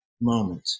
moment